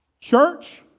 Church